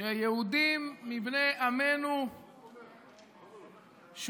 שיהודים מבני עמנו שותפים